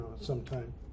sometime